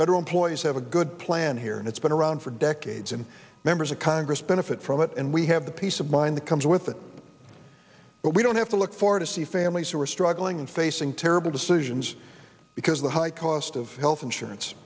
federal employees have a good plan here and it's been around for decades and members of congress benefit from it and we have the peace of mind that comes with that but we don't have to look forward to see families who are struggling and facing terrible decisions because of the high cost of health insurance